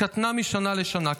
קטנה משנה לשנה.